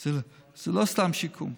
זה לא סתם שיקום.